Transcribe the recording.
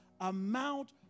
amount